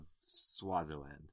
Swaziland